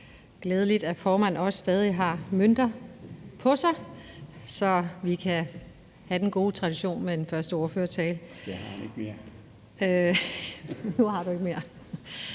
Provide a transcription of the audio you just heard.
glædeligt, at formanden også stadig har mønter på sig, så vi kan fortsætte den gode tradition med den første ordførertale.